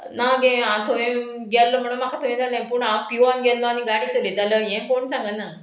ना गे हांव थंय गेल्लो म्हणून म्हाका थंय जालें पूण हांव पिवोन गेल्लो आनी गाडी चलयतालो हें कोण सांगना